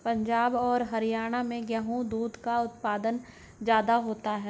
पंजाब और हरयाणा में गेहू और दूध का उत्पादन ज्यादा होता है